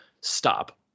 stop